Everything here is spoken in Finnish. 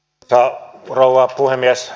arvoisa rouva puhemies